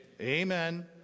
amen